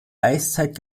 eiszeit